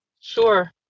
Sure